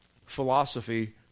philosophy